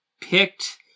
Picked